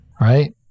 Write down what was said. Right